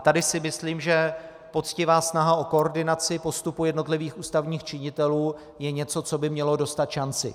Tady si myslím, že poctivá snaha o koordinaci postupu jednotlivých ústavních činitelů je něco, co by mělo dostat šanci.